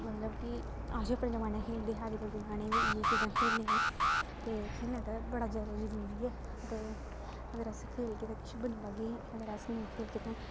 मतलब कि अस अपने जमाने खेलदे हे अजकल्ल दे ञ्याणे बी इ'यै चीजां खेलने न ते खेलना ते बड़ा जैदा जरूरी ऐ ते अगर अस खेलगे ते किश बनी पाग्गै अगर अस नेईं खेलगे ते